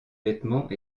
vêtements